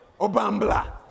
Obambla